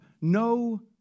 no